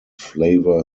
flavour